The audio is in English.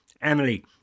Emily